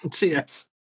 Yes